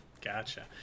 Gotcha